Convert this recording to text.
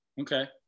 okay